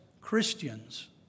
Christians